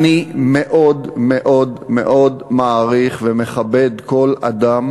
אני מאוד מאוד מאוד מעריך ומכבד כל אדם